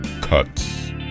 cuts